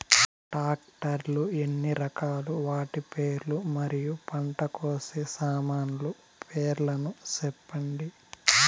Tractor లు ఎన్ని రకాలు? వాటి పేర్లు మరియు పంట కోసే సామాన్లు పేర్లను సెప్పండి?